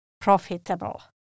profitable